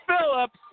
Phillips